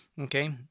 Okay